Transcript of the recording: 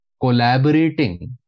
collaborating